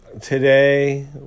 today